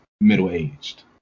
middle-aged